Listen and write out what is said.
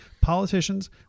politicians